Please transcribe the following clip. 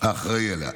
האחראי לה,